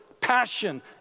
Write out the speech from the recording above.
passion